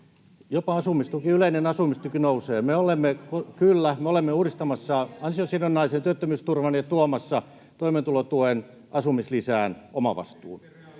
Honkasalon välihuuto] — Kyllä, me olemme uudistamassa ansiosidonnaisen työttömyysturvan ja tuomassa toimeentulotuen asumislisään omavastuun.